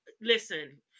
Listen